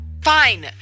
Fine